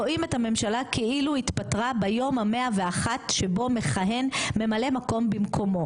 רואים את הממשלה כאילו התפטרה ביום ה- 101 שבו מכהן ממלא מקום במקומו.